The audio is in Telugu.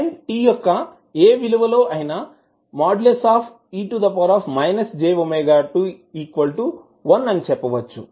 టైం t యొక్క ఏ విలువలో అయినా అని చెప్పవచ్చు